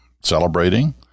celebrating